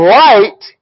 light